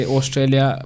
Australia